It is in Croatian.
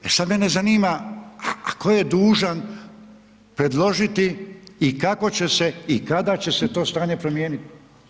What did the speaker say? E sada mene zanima, tko je dužan predložiti i kako će se i kada to stanje promijeniti.